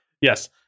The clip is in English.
Yes